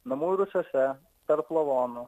namų rūsiuose tarp lavonų